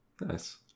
Nice